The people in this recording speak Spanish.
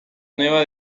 nueva